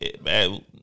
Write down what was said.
Man